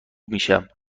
میشم، تو